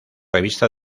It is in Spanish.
revista